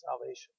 salvation